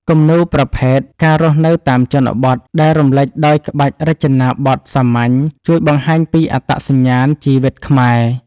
គំនូរប្រភេទ ការរស់នៅតាមជនបទ ដែលរំលេចដោយក្បាច់រចនាបថសាមញ្ញ ជួយបង្ហាញពីអត្តសញ្ញាណជីវិតខ្មែរ។